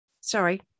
sorry